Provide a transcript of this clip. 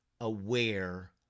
aware